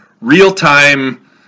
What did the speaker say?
real-time